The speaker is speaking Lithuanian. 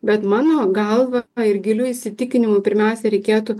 bet mano galva ir giliu įsitikinimu pirmiausia reikėtų